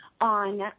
on